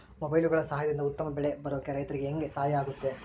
ಮೊಬೈಲುಗಳ ಸಹಾಯದಿಂದ ಉತ್ತಮ ಬೆಳೆ ಬರೋಕೆ ರೈತರಿಗೆ ಹೆಂಗೆ ಸಹಾಯ ಆಗುತ್ತೆ?